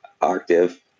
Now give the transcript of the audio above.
octave